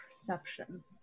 Perception